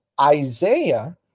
Isaiah